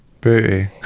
Booty